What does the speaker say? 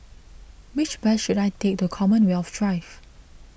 which bus should I take to Commonwealth Drive